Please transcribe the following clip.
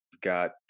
got